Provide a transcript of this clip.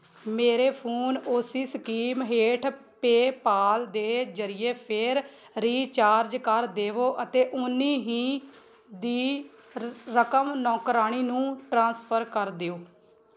ਮੇਰੇ ਫੋਨ ਉਸ ਸਕੀਮ ਹੇਠ ਪੇਪਾਲ ਦੇ ਜ਼ਰੀਏ ਫੇਰ ਰਿਚਾਰਜ ਕਰ ਦੇਵੋ ਅਤੇ ਓਨੀ ਹੀ ਦੀ ਰਕਮ ਨੌਕਰਾਣੀ ਨੂੰ ਟ੍ਰਾਂਸਫਰ ਕਰ ਦਿਓ